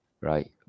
right